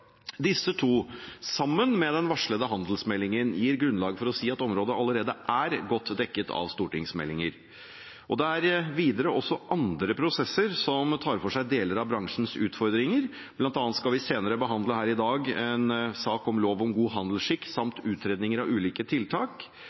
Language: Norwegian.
Disse to, sammen med den varslede handelsmeldingen, gir grunnlag for å si at området allerede er godt dekket av stortingsmeldinger. Det er også andre prosesser som tar for seg deler av bransjens utfordringer. Blant annet skal vi senere i dag behandle en sak om lov om god handelsskikk samt utredninger av ulike tiltak.